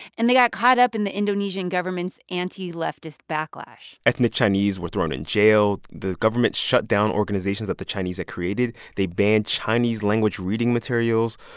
and they got caught up in the indonesian government's anti-leftist backlash ethnic chinese were thrown in jail. the government shut down organizations that the chinese had created. they banned chinese-language reading materials.